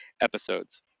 episodes